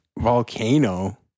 Volcano